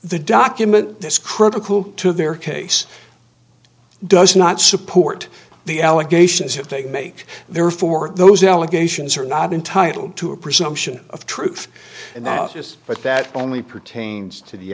the document that's critical to their case does not support the allegations if they make therefore those allegations are not entitled to a presumption of truth in that office but that only pertains to the